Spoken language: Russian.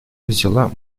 взяла